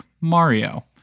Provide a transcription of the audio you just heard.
Mario